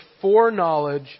foreknowledge